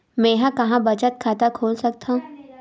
मेंहा कहां बचत खाता खोल सकथव?